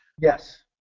yes